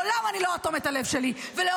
אבל לעולם אני לא אאטום את הלב שלי ולעולם,